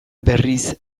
berriz